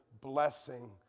blessing